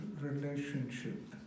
relationship